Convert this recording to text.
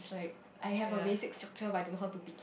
ya